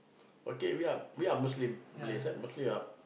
okay we are we are Muslim Malays eh mostly we are